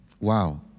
Wow